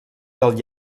del